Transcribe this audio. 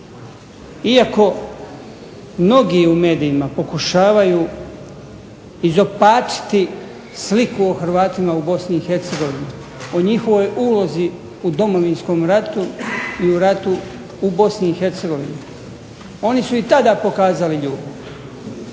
Iako mnogi u medijima pokušavaju izopačiti sliku o Hrvatima u BiH, o njihovoj ulozi u Domovinskom ratu i u ratu u BiH, oni su i tada pokazali ljubav